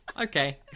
okay